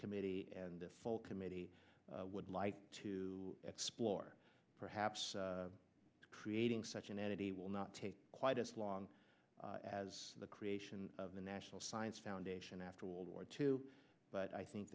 subcommittee and the full committee would like to explore perhaps creating such an entity will not take quite as long as the creation of a national science foundation after world war two but i think